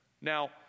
Now